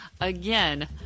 again